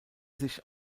sich